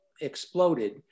exploded